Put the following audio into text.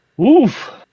Oof